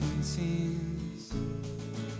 scenes